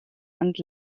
and